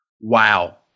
Wow